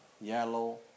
yellow